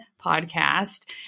podcast